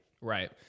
Right